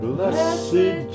Blessed